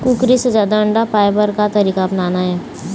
कुकरी से जादा अंडा पाय बर का तरीका अपनाना ये?